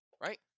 Right